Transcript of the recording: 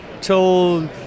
till